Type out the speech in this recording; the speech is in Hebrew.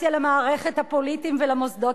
ממש לא.